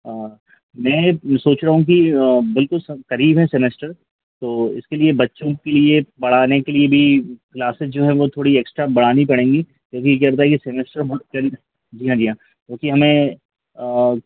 आ मैं सोच रहा हूँ कि बिल्कुल सर करीब है सेमेस्टर तो इसके लिए बच्चों के लिए पढ़ाने के लिए भी क्लासेस जो है वह थोड़ी एक्स्ट्रा बढ़ानी पड़ेंगी क्यूँकि क्या होता है यह सेमेस्टर बहुत तेज जी हाँ जी हाँ क्योंकि हमें आ